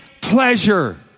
pleasure